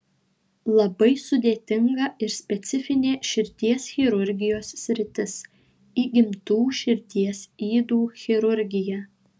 labai sudėtinga ir specifinė širdies chirurgijos sritis įgimtų širdies ydų chirurgija